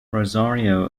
rosario